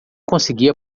conseguia